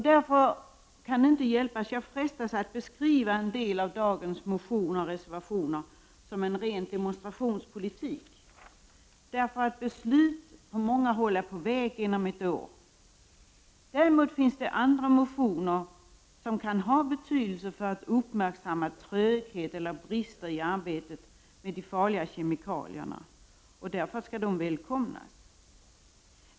Därför kan det inte hjälpas att jag frestas att beskriva en del av de motioner och reservationer som i dag tas upp som ett uttryck för ren demonstrationspolitik. Beslut är ju på många håll på väg att fattas, och det inom loppet av ett år. Men sedan finns det också motioner, som kan ha betydelse när det gäller att fästa uppmärksamheten på tröghet eller brister i arbetet med de farliga kemikalierna. Sådana motioner skall välkomnas.